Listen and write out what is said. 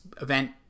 event